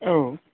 औ